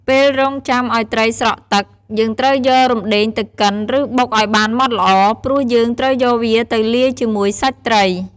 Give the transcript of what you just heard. ពេលរង់ចាំឱ្យត្រីស្រក់ទឹក យើងត្រូវយករំដេងទៅកិន ឬ បុកឱ្យបានម៉ដ្ដល្អ ព្រោះយើងត្រូវយកវាទៅលាយជាមួយសាច់ត្រី។